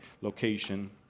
location